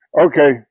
Okay